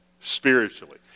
spiritually